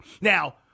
Now